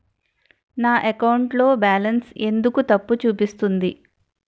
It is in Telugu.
నా అకౌంట్ లో బాలన్స్ ఎందుకు తప్పు చూపిస్తుంది?